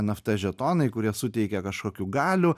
eft žetonai kurie suteikia kažkokių galių